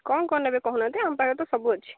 କ'ଣ କ'ଣ ନେବେ କହୁନାହାନ୍ତି ଆମ ପାଖରେ ତ ସବୁ ଅଛି